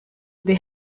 they